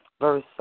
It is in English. Verse